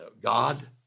God